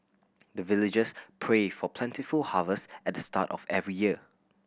the villagers pray for plentiful harvest at the start of every year